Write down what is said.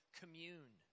commune